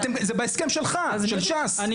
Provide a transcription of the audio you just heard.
זה בהסכם שלך, של ש"ס, נכון?